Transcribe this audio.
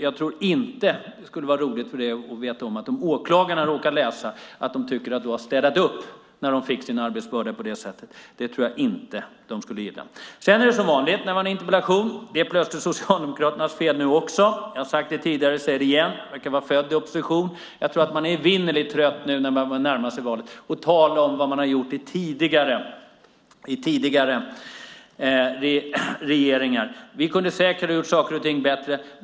Jag tror inte att det skulle vara roligt för dig om åklagarna råkade läsa att du tycker att du har städat upp när de på det sättet fick sin arbetsbörda. Det tror jag inte att de skulle gilla. Sedan är det som vanligt när det är en interpellationsdebatt. Det är plötsligt Socialdemokraternas fel nu också. Jag har sagt det tidigare, och jag säger det nu igen. Jag kan vara född i opposition. Jag tror att man är evinnerligt trött när man nu börjar närma sig valet att tala om vad tidigare regeringar har gjort. Vi kunde säkert ha gjort saker och ting bättre.